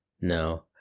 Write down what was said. No